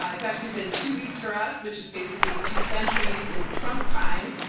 ah it's actually been two weeks for us, which is basically two centuries in trump time.